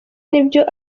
nibyo